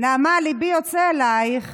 ליבי יוצא אלייך,